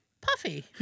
Puffy